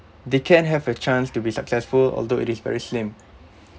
they can have a chance to be successful although it is very slim